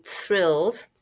thrilled